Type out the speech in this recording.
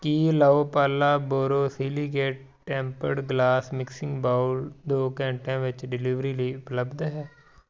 ਕੀ La Opala borosilicate tempered glass mixing bowl ਦੋ ਘੰਟਿਆਂ ਵਿੱਚ ਡਿਲੀਵਰੀ ਲਈ ਉਪਲਬਧ ਹੈ